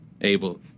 able